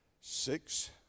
six